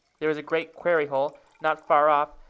there was a great quarry-hole not far off,